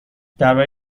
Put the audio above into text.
درباره